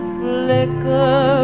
flicker